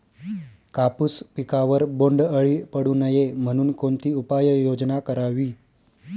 कापूस पिकावर बोंडअळी पडू नये म्हणून कोणती उपाययोजना करावी?